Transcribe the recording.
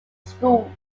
schools